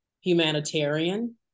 humanitarian